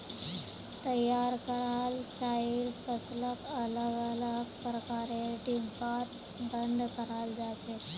तैयार कराल चाइर फसलक अलग अलग प्रकारेर डिब्बात बंद कराल जा छेक